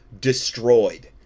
destroyed